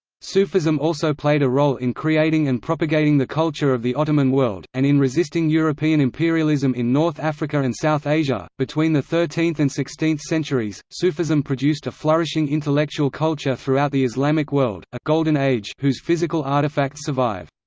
sufism also played a role in creating and propagating the culture of the ottoman world, and in resisting european imperialism in north africa and south asia between the thirteenth and sixteenth centuries, sufism produced a flourishing intellectual culture throughout the islamic world, a golden age whose physical artifacts survive.